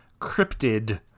Cryptid